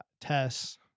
Tess